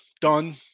done